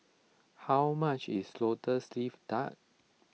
how much is Lotus Leaf Duck